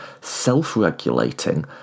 self-regulating